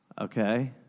Okay